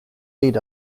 lead